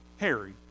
Harry